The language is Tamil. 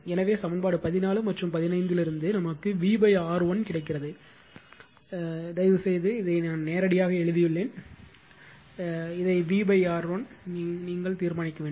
எனவே சமன்பாடு 14 மற்றும் 15 இலிருந்து நமக்கு V R1 கிடைக்கிறது தயவுசெய்து நேரடியாக எழுதியுள்ள இதை V R1 தீர்க்கவும்